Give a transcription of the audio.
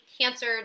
cancer